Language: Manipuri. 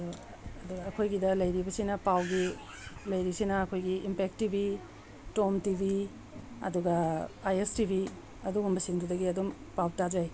ꯑꯗꯣ ꯑꯗꯨꯒ ꯑꯩꯈꯣꯏꯒꯤꯗ ꯂꯩꯔꯤꯕꯤꯁꯤꯅ ꯄꯥꯎꯒꯤ ꯂꯩꯔꯤꯁꯤꯅ ꯑꯩꯈꯣꯏꯒꯤ Impact T V Tom T V ꯑꯗꯨꯒ ꯑꯥꯏ ꯑꯦꯁ ꯇꯤ ꯚꯤ ꯑꯗꯨꯒꯨꯝꯕꯁꯤꯡꯗꯨꯗꯒꯤ ꯑꯗꯨꯝ ꯄꯥꯎ ꯇꯥꯖꯩ